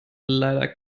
leider